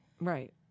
Right